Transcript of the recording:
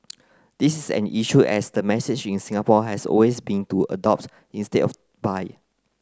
this is an issue as the message in Singapore has always been to adopt instead of buy